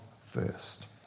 first